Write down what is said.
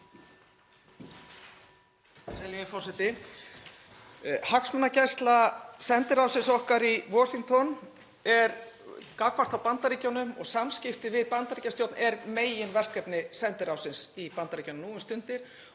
Hagsmunagæsla sendiráðsins okkar í Washington er gagnvart Bandaríkjunum og samskipti við Bandaríkjastjórn er meginverkefni sendiráðsins í Bandaríkjunum nú um stundir